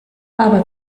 aber